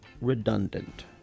redundant